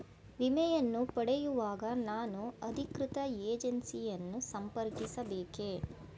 ವಿಮೆಯನ್ನು ಪಡೆಯುವಾಗ ನಾನು ಅಧಿಕೃತ ಏಜೆನ್ಸಿ ಯನ್ನು ಸಂಪರ್ಕಿಸ ಬೇಕೇ?